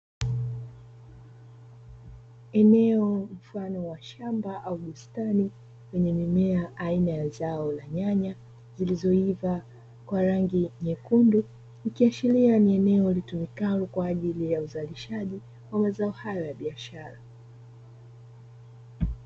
Eneo mfano wa shamba au bustani lenye mimea aina ya zao la nyanya zilizoiiva kwa rangi nyekundu ikiashiria ni eneo litumikalo kwa ajili ya uzalishaji wa mazao hayo ya biashara.